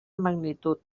magnitud